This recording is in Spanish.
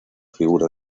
figura